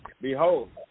Behold